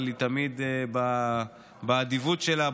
אבל היא תמיד באדיבות שלה,